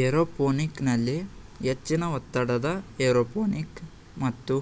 aeroponic ನಲ್ಲಿ ಹೆಚ್ಚಿನ ಒತ್ತಡದ ಏರೋಪೋನಿಕ್ ಮತ್ತು